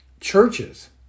churches